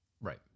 Right